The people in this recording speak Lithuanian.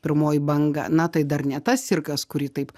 pirmoji banga na tai dar ne tas cirkas kurį taip